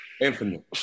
Infinite